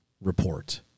report